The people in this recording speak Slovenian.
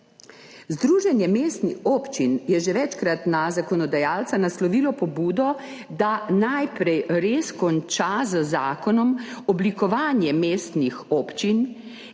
Združenje mestnih občin je že večkrat na zakonodajalca naslovilo pobudo, da najprej z zakonom res konča oblikovanje mestnih občin